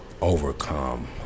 overcome